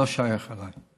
לא שייך אליי.